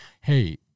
Hey